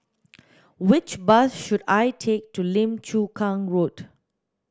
which bus should I take to Lim Chu Kang Road